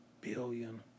billion